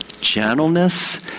gentleness